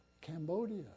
Cambodia